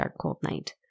darkcoldnight